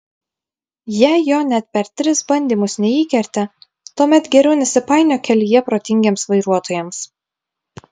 jei jo net per tris bandymus neįkerti tuomet geriau nesipainiok kelyje protingiems vairuotojams